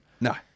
No